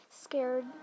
scared